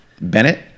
Bennett